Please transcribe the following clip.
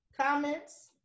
comments